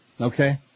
Okay